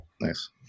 nice